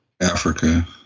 Africa